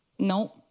No